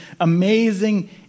amazing